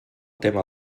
tema